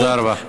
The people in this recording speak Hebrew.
תודה רבה.